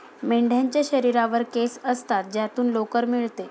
मेंढ्यांच्या शरीरावर केस असतात ज्यातून लोकर मिळते